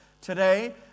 Today